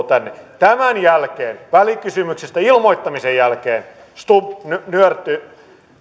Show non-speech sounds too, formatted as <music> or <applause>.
<unintelligible> tänne tämän jälkeen välikysymyksestä ilmoittamisen jälkeen stubb nöyrtyi